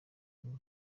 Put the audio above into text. kumwe